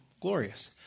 glorious